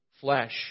flesh